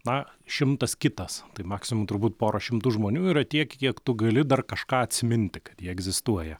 na šimtas kitas tai maksimum turbūt pora šimtų žmonių yra tiek kiek tu gali dar kažką atsiminti kad jie egzistuoja